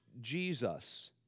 Jesus